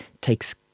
takes